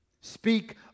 Speak